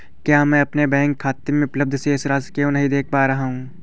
मैं अपने बैंक खाते में उपलब्ध शेष राशि क्यो नहीं देख पा रहा हूँ?